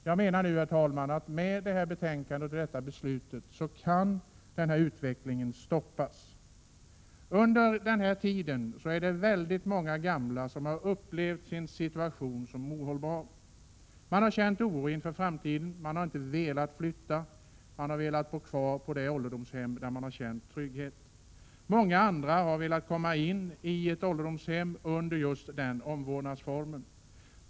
Jag menar nu, herr talman, att med detta betänkande och det beslut vi skall fatta kan denna utveckling stoppas. Under den tid som har gått har väldigt många gamla upplevt sin situation som ohållbar. De har känt oro inför framtiden. De har inte velat flytta. De har velat bo kvar på de ålderdomshem där de har känt trygghet. Många har velat komma in på ålderdomshem för att få just den omvårdnadsformen.